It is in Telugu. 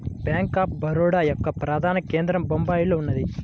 బ్యేంక్ ఆఫ్ బరోడ యొక్క ప్రధాన కేంద్రం బొంబాయిలో ఉన్నది